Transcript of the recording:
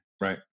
Right